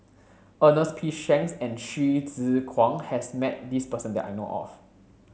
Ernest P Shanks and Hsu Tse Kwang has met this person that I know of